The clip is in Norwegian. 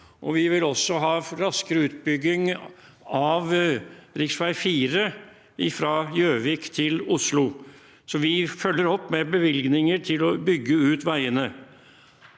vi vil også ha raskere utbygging av rv. 4 fra Gjøvik til Oslo. Så vi følger opp med bevilgninger til å bygge ut veiene.